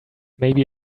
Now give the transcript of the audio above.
maybe